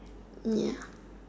ya